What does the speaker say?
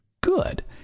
Good